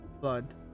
Blood